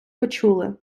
почули